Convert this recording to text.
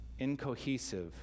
incohesive